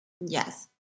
Yes